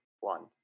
one